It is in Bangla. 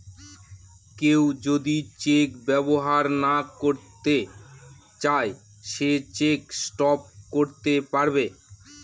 কেউ যদি চেক ব্যবহার না করতে চাই সে চেক স্টপ করতে পারবে